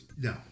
No